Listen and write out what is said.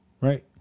right